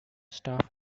staff